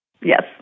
Yes